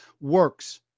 works